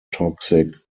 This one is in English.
toxic